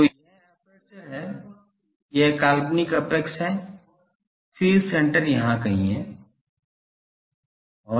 तो यह एपर्चर है यह काल्पनिक अपैक्स है फेज सेण्टर यहां कहीं है